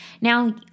Now